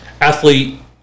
Athlete